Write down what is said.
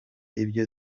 ibyo